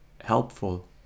helpful